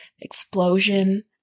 explosion